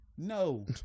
No